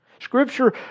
Scripture